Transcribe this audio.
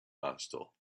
hostile